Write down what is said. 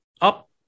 up